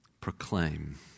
proclaim